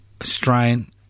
Australian